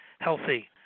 healthy